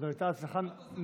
אבל זאת הייתה הצלחה נהדרת.